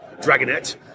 dragonette